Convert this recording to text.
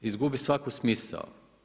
Izgubi svaku smisao.